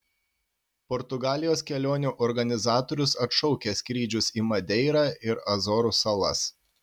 portugalijos kelionių organizatorius atšaukia skrydžius į madeirą ir azorų salas